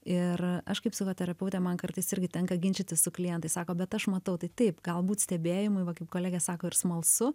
ir aš kaip psichoterapeutė man kartais irgi tenka ginčytis su klientais sako bet aš matau tai taip galbūt stebėjimai va kaip kolegė sako ir smalsu